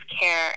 care